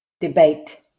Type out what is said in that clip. Debate